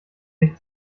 nicht